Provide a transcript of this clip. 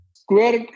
square